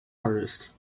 harvest